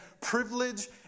privilege